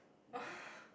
oh